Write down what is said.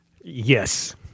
Yes